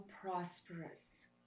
prosperous